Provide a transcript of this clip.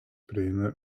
prieina